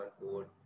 board